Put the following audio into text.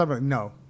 No